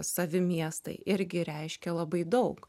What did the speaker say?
savi miestai irgi reiškė labai daug